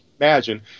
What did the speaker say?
imagine